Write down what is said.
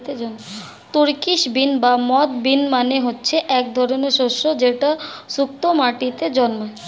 Turkish bean বা moth bean মানে হচ্ছে এক ধরনের শস্য যেটা শুস্ক মাটিতে জন্মায়